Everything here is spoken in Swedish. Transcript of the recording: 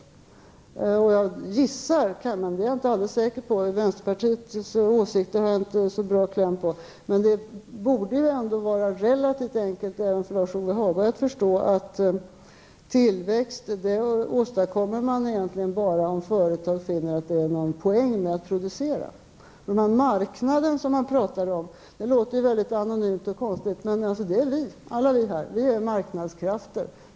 Jag har inte så bra kläm på vänsterpartiets åsikter, men det borde ju ändå vara relativt enkelt även för Lars-Ove Hagberg att förstå, att tillväxt åstadkommer man egentligen bara om företag finner att det är någon poäng med att producera. Det låter väldigt anonymt och konstigt när man pratar om den här marknaden, men det är alltså vi. Alla vi här är marknadskrafter.